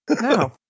No